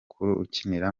ukinira